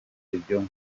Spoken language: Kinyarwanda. ibyo